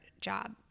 job